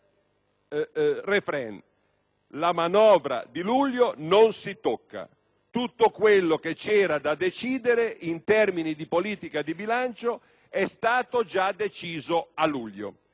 sul *refrain*: la manovra di luglio non si tocca; tutto quello che c'era da decidere in termini di politica di bilancio è stato già deciso a luglio.